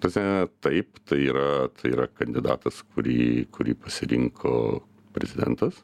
ta prasme taip tai yra tai yra kandidatas kurį kurį pasirinko prezidentas